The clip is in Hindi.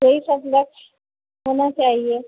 यही सब लक्ष्य होना चाहिए